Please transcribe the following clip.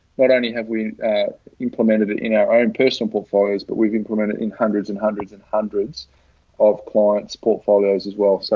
but only have we implemented it in our own personal portfolios. but we've implemented it in hundreds and hundreds and hundreds of client's portfolios as well. so